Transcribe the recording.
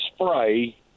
spray